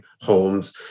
homes